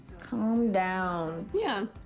calm down. yeah.